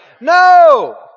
No